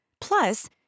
Plus